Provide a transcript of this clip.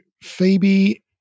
Phoebe